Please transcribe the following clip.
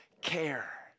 care